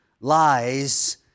lies